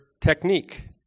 technique